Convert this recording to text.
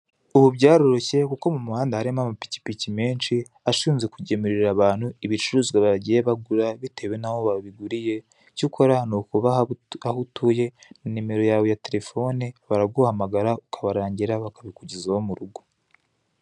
Ubu byaroroshye kuko mu muhanda harimo amapikipiki menshi, ashinzwe kugemurira abantu ibicuruzwa bagiye bagura bitewe n'aho wabiguriye, icyo ukora ni ukabaha aho utuye nimero yawe ya telefone, baraguahamagara ukabarangira bakabikugezaho murugo.